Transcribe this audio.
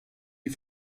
die